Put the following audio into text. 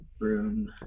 room